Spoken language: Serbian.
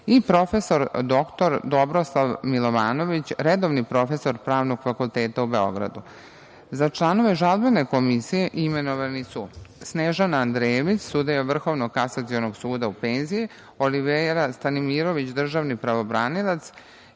i prof. dr Dobrosav Milovanović, redovni profesor Pravnog fakulteta u Beogradu. Za članove Žalbene komisije imenovani su: Snežana Andrejević, sudija Vrhovnog kasacionog suda u penziji, Olivera Stanimirović, državni pravobranilac